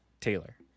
Taylor